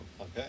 Okay